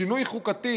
שינוי חוקתי